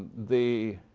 the